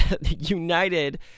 United